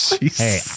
Hey